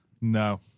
No